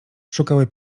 szukały